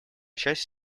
часть